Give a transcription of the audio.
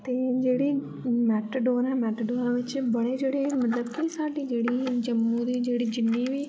एह् जेह्ड़ी मेटाडोर ऐ मेटाडोर बिच्च बड़े जेह्ड़े मतलब कि साढ़ी जेह्ड़ी जम्मू दी जेह्ड़ी जिन्नी बी